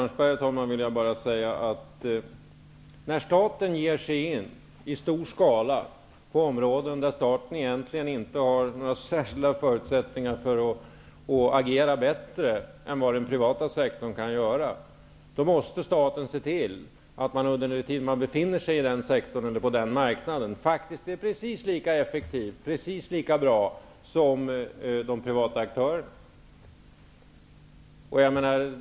Till Arne Kjörnsberg vill jag bara säga att när staten ger sig in i stor skala på områden där staten egentligen inte har några särskilda förutsättningar att agera bättre än den privata sektorn, måste staten se till att under den tid som man befinner sig i den sektorn eller på den marknaden faktiskt vara precis lika effektiv, precis lika bra, som de privata aktörerna.